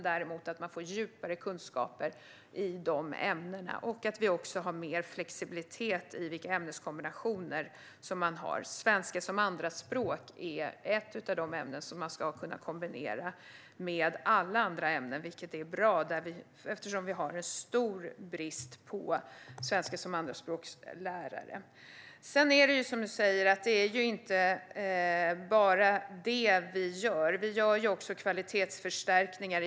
Däremot får man djupare kunskaper i dessa ämnen. Vi har också mer flexibilitet i ämneskombinationer. Svenska som andraspråk är ett av de ämnen som man ska kunna kombinera med alla andra ämnen. Det är bra eftersom vi har en stor brist på lärare i svenska som andraspråk. Det är inte bara detta vi gör, precis som Maria Stockhaus säger. Vi gör också kvalitetsförstärkningar.